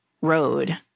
road